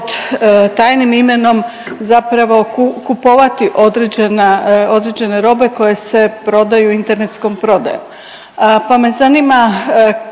pod tajnim imenom zapravo kupovati određene robe koje se prodaju internetskom prodajom. Pa me zanima